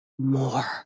more